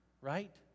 right